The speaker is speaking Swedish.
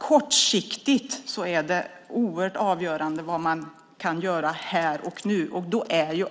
Kortsiktigt är det oerhört avgörande vad man kan göra här och nu.